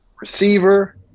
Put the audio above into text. Receiver